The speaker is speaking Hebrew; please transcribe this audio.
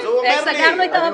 בבקשה.